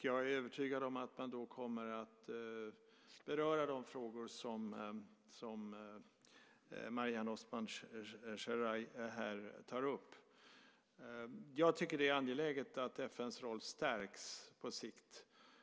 Jag är övertygad om att man då kommer att beröra de frågor som Mariam Osman Sherifay här tar upp. Jag tycker att det är angeläget att FN:s roll på sikt stärks.